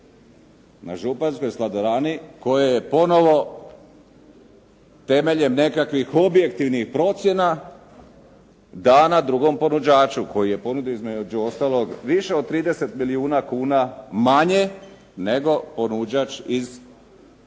na županjskoj Sladorani koja je ponovo temeljem nekakvih objektivnih procjena dana drugom ponuđaču koji je ponudio između ostalog više od 30 milijuna manje nego ponuđač iz dijela